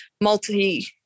multi